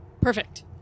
Perfect